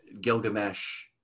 Gilgamesh